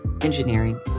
engineering